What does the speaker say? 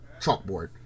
chalkboard